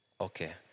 Okay